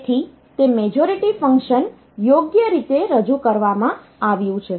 તેથી તે majority function યોગ્ય રીતે રજૂ કરવામાં આવ્યું છે